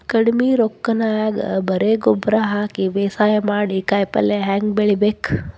ಕಡಿಮಿ ರೊಕ್ಕನ್ಯಾಗ ಬರೇ ಗೊಬ್ಬರ ಹಾಕಿ ಬೇಸಾಯ ಮಾಡಿ, ಕಾಯಿಪಲ್ಯ ಹ್ಯಾಂಗ್ ಬೆಳಿಬೇಕ್?